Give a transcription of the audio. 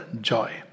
joy